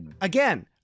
again